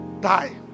Die